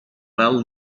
well